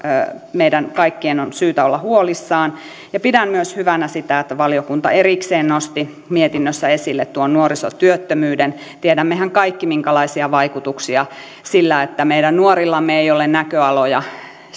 meidän kaikkien on syytä olla huolissaan pidän hyvänä myös sitä että valiokunta erikseen nosti mietinnössä esille tuon nuorisotyöttömyyden tiedämmehän kaikki minkälaisia vaikutuksia on sillä että meidän nuorillamme ei ole näköaloja